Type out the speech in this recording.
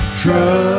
trust